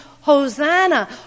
Hosanna